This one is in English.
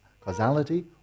causality